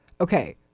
Okay